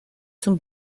zum